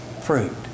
fruit